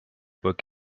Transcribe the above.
book